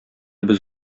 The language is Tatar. без